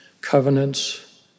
covenants